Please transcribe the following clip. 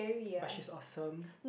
but she's awesome